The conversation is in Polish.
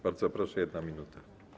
Bardzo proszę, 1 minuta.